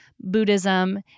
Buddhism